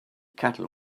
cattle